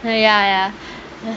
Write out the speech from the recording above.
well ya ya